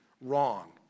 wrong